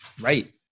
Right